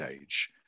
age